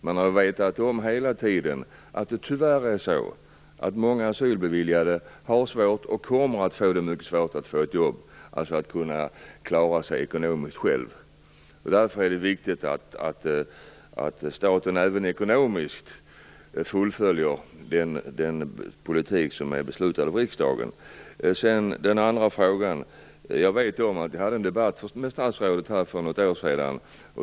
Man har ju hela tiden vetat att många asylbeviljade tyvärr har svårt och kommer att få mycket svårt att få ett jobb och att själva klara sig ekonomiskt. Därför är det viktigt att staten även ekonomiskt fullföljer den politik som är beslutad av riksdagen. När det gäller den andra frågan vet jag att jag hade en debatt med statsrådet för något år sedan.